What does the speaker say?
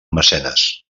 mecenes